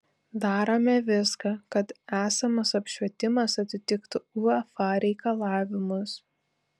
darome viską kad esamas apšvietimas atitiktų uefa reikalavimus